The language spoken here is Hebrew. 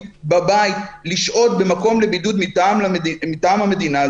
בבית לשהות במקום לבידוד מטעם המדינה.